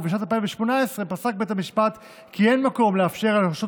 ובשנת 2018 פסק בית המשפט כי אין מקום לאפשר לרשויות